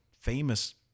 famous